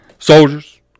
Soldiers